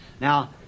Now